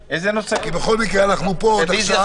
בכל מקרה אנחנו עוד פה.